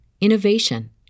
innovation